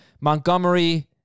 Montgomery